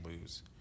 lose